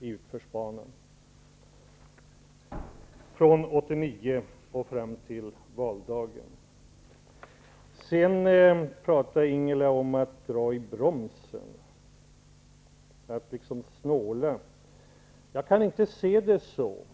i utförsbacken. Ingela Thalén talade om att dra i bromsen, dvs. snåla. Jag kan inte se det som hon.